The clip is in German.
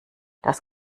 das